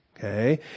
Okay